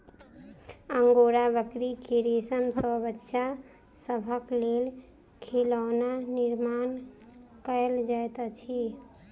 angora बकरी के रेशम सॅ बच्चा सभक लेल खिलौना निर्माण कयल जाइत अछि